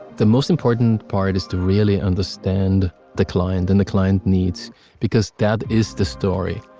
the most important part is to really understand the client and the client needs because that is the story.